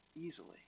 easily